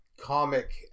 comic